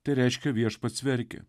tai reiškia viešpats verkia